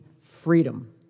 freedom